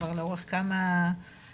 כבר לאורך כמה קדנציות.